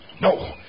No